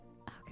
Okay